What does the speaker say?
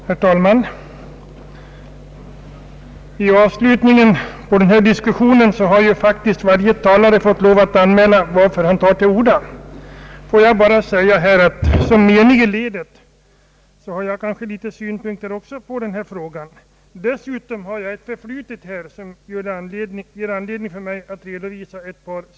Herr talman! I avslutningen av denna diskussion har faktiskt varje talare fått lov att anmäla varför han tar till orda. Låt mig då bara säga att jag som menig i ledet också har några synpunkter på denna fråga. Dessutom har jag ett förflutet som ger mig anledning att ta till orda.